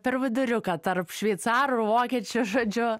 per viduriuką tarp šveicarų vokiečių žodžiu